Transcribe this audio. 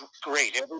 Great